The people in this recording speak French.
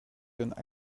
donnent